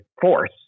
force